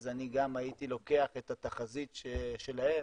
אז אני גם הייתי לוקח את התחזית שלהם,